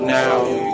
now